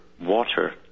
water